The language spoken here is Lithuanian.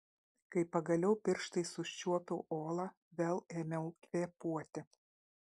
kai pagaliau pirštais užčiuopiau uolą vėl ėmiau kvėpuoti